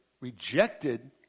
rejected